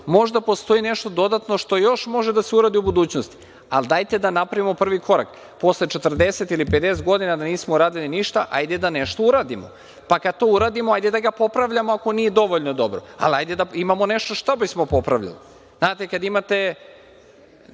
Možda postoji nešto dodatno što još može da se uradi u budućnosti, ali dajte da napravimo prvi korak. Posle 40 ili 50 godina da nismo uradili ništa, hajde da nešto uradimo, pa kad to uradimo hajde da ga popravljamo ako nije dovoljno dobro, ali hajde da imamo nešto što bismo popravili. Znate, kada imate